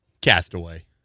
Castaway